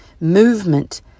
movement